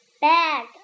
Bag